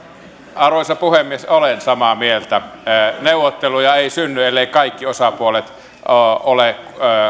arvoisa puhemies olen samaa mieltä neuvotteluja ei synny elleivät kaikki osapuolet ole ole